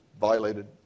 violated